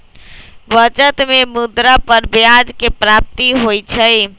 बचत में मुद्रा पर ब्याज के प्राप्ति होइ छइ